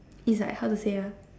it's like how to say ah